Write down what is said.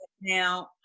now